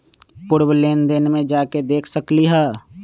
पूर्व लेन देन में जाके देखसकली ह?